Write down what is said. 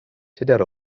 tudur